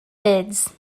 bids